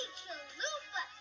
chalupa